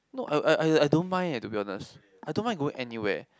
no I I I I don't mind eh to be honest I don't mind going anywhere